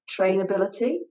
trainability